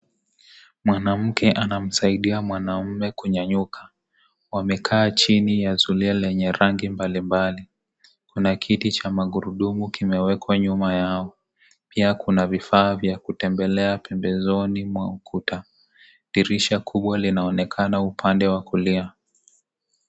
Mwanamke anamsaidia mwanamme kunyanyuka, wamekaa chini kwenye zulia lenye rangi mbalimbali. Kuna kiti cha magurudumu kimewekwa nyuma yao. Pia kuna vifaa vya kutembelea pembezoni mwa ukuta. Dirisha kubwa linaonekana upande wa kulia.